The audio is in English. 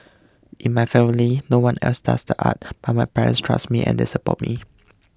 in my family no one else does the arts but my parents trust me and they support me